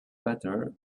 better